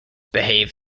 behave